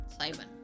Simon